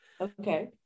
Okay